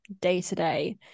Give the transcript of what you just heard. day-to-day